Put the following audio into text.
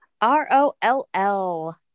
R-O-L-L